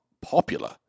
popular